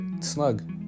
snug